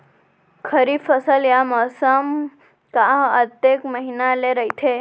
खरीफ फसल या मौसम हा कतेक महिना ले रहिथे?